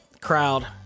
crowd